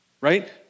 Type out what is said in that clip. right